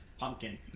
Pumpkin